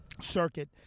circuit